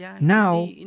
Now